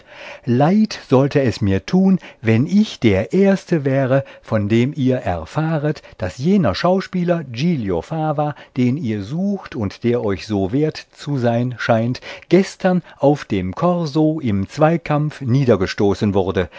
leid sollte es mir tun wenn ich der erste wäre von dem ihr erfahret daß jener schauspieler giglio fava den ihr sucht und der euch so wert zu sein scheint gestern auf dem korso im zweikampf niedergestoßen wurde